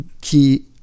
qui